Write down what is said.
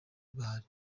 bahari